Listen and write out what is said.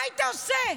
מה היית עושה?